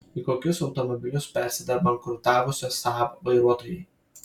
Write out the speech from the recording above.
į kokius automobilius persėda bankrutavusio saab vairuotojai